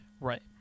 Right